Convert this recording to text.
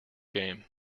game